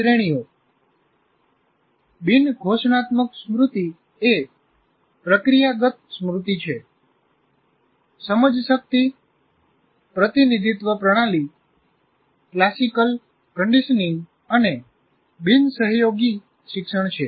શ્રેણીઓ બિન ઘોષણાત્મક સ્મૃતિ એ પ્રક્રિયાગત સ્મૃતિ છે સમજશક્તિ પ્રતિનિધિત્વ પ્રણાલી ક્લાસિકલ કન્ડીશનીંગ અને બિન સહયોગી શિક્ષણ છે